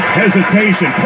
hesitation